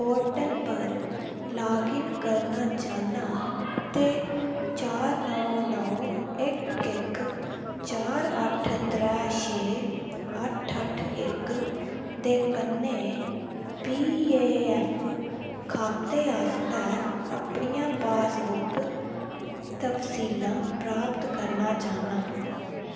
portal पर log in करना चाह्न्नां ते चार नौ नौ इक इक चार अठ्ठ त्रै छे अठ्ठ अठ्ठ इक दे कन्नै पी ए ऐफ्फ खाते आस्तै अपनियां पासबुक तफसीलां प्राप्त करना चाह्न्नां